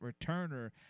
returner